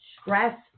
Stress